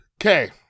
Okay